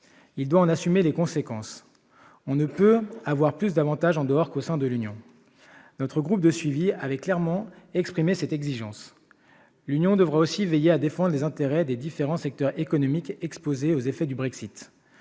il doit en assumer les conséquences. On ne peut avoir plus d'avantages en dehors qu'au sein de l'Union. Notre groupe de suivi avait clairement exprimé cette exigence. L'Union devra aussi veiller à défendre les intérêts des différents secteurs économiques exposés aux effets du Brexit.